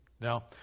Now